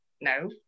no